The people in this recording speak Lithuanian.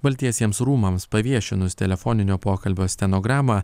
baltiesiems rūmams paviešinus telefoninio pokalbio stenogramą